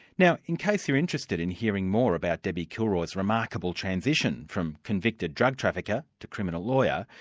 now in case you're interested in hearing more about debbie kilroy's remarkable transition from convicted drug trafficker to criminal lawyer,